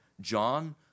John